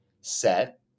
set